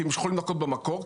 כי הם יכולים לנכות במקור,